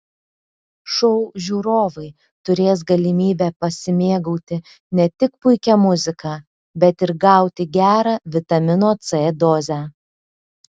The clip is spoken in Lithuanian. šou žiūrovai turės galimybę pasimėgauti ne tik puikia muzika bet ir gauti gerą vitamino c dozę